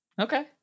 Okay